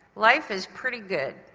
life is pretty good.